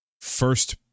First